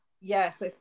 Yes